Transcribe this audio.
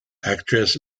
actress